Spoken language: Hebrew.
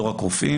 לא רק רופאים,